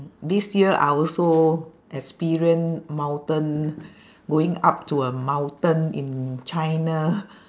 this year I also experience mountain going up to a mountain in china